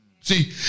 See